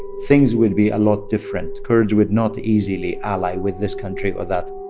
things would be a lot different. kurds would not easily ally with this country or that.